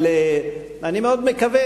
אבל אני מאוד מקווה,